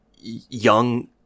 young